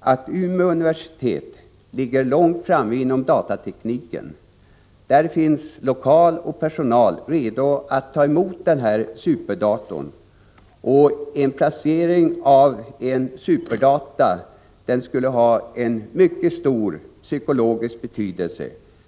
att Umeå universitet ligger långt framme inom datatekniken. Där finns lokaler och personal redo att ta emot superdatorn. En placering av en superdator här skulle ha en mycket stor psykologisk betydelse.